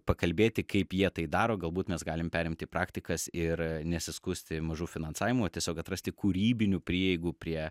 pakalbėti kaip jie tai daro galbūt mes galim perimti praktikas ir nesiskųsti mažu finansavimu o tiesiog atrasti kūrybinių prieigų prie